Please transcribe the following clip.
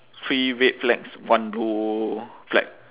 three red flags one blue flag